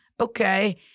okay